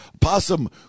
Possum